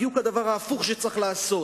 בדיוק הדבר ההפוך שצריך לעשות.